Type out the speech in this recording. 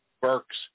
Burks